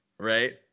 Right